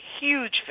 huge